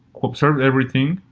who observed everything,